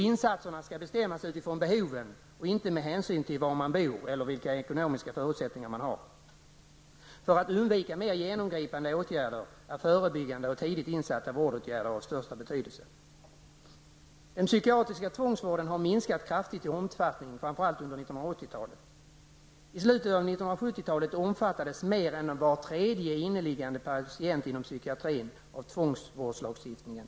Insatserna skall bestämmas utifrån behoven och inte med hänsyn till var man bor eller vilka ekonomiska förutsättningar man har. För att undvika mer genomgripande åtgärder är förebyggande och tidigt insatta vårdåtgärder av största betydelse. Den psykiatriska tvångsvården har minskat kraftigt i omfattning under 1980-talet. I slutet av 1970-talet omfattades mer än var tredje inneliggande patient inom psykiatrin av tvångsvårdslagstiftningen.